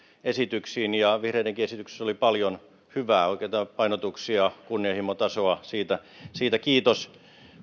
esityksiin vihreidenkin esityksessä oli paljon hyvää oikeita painotuksia kunnianhimotasoa siitä siitä kiitos